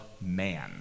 Man